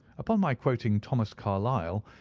upon my quoting thomas carlyle,